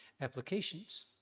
applications